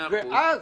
-- ואז,